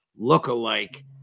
lookalike